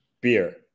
Beer